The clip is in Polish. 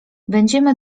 będziemy